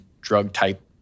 drug-type